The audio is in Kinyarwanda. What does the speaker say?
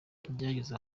byageze